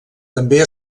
també